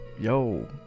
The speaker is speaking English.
Yo